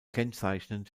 kennzeichnend